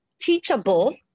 teachable